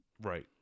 right